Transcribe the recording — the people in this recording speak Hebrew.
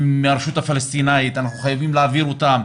הם מהרשות הפלסטינית, אנחנו חייבים להעביר אותם.